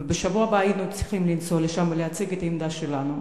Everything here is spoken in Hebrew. ובשבוע הבא היינו צריכים לנסוע לשם ולהציג את העמדה שלנו.